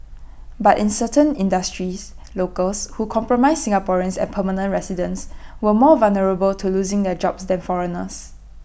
but in certain industries locals who comprise Singaporeans and permanent residents were more vulnerable to losing their jobs than foreigners